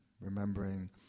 remembering